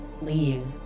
leave